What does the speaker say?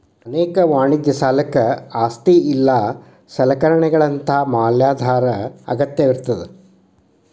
ಅನೇಕ ವಾಣಿಜ್ಯ ಸಾಲಕ್ಕ ಆಸ್ತಿ ಇಲ್ಲಾ ಸಲಕರಣೆಗಳಂತಾ ಮ್ಯಾಲಾಧಾರ ಅಗತ್ಯವಿರ್ತದ